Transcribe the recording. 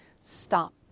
stop